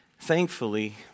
Thankfully